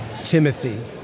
Timothy